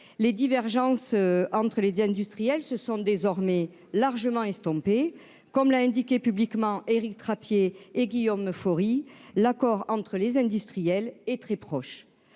Les divergences entre les industriels se sont désormais largement estompées et, comme l'ont indiqué publiquement Éric Trappier et Guillaume Faury, l'accord entre les industriels est très proche.